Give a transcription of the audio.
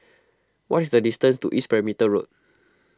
what is the distance to East Perimeter Road